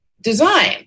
design